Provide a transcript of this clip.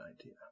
idea